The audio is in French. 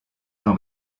jean